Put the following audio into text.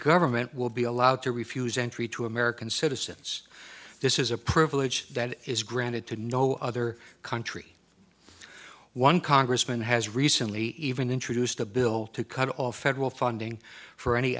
government will be allowed to refuse entry to american citizens this is a privilege that is granted to no other country one congressman has recently even introduced a bill to cut off federal funding for any